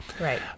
Right